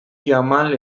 jamal